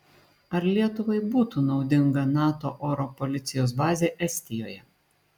ar lietuvai būtų naudinga nato oro policijos bazė estijoje